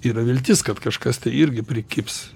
yra viltis kad kažkas tai irgi prikibs